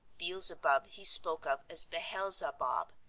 beelzebub he spoke of as behel-zawbab,